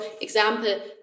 example